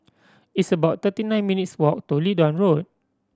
it's about thirty nine minutes' walk to Leedon Road